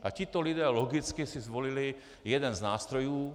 A tito lidé logicky si zvolili jeden z nástrojů.